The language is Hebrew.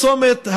מצוין.